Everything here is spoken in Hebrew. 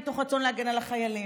מתוך רצון להגן על החיילים.